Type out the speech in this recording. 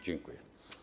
Dziękuję.